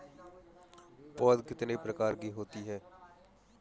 पौध कितने प्रकार की होती हैं?